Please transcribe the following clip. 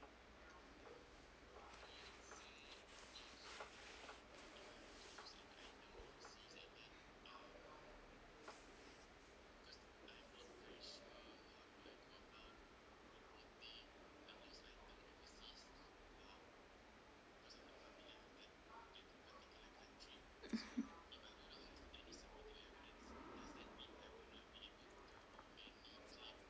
mmhmm